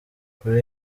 kuri